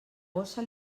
gossa